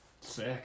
sick